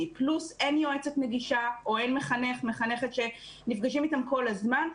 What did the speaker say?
פלוס אין יועצת נגישה או אין מחנך/ת שנפגשים איתם כל הזמן,